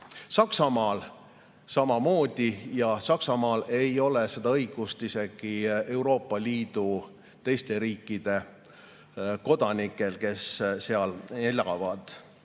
Saksamaal. Saksamaal ei ole seda õigust isegi Euroopa Liidu teiste riikide kodanikel, kes seal elavad.